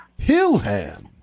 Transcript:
Hillham